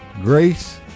Grace